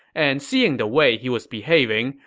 and seeing the way he was behaving,